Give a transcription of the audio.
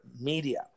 media